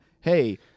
Hey